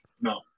No